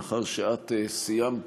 מאחר שאת סיימת